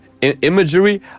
imagery